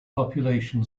population